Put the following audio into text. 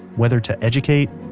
whether to educate,